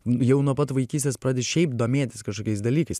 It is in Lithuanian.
jau nuo pat vaikystės pradedi šiaip domėtis kažkokiais dalykais